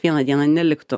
vieną dieną neliktų